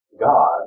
God